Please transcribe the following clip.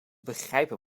begrijpen